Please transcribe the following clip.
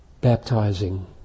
baptizing